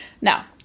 Now